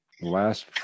last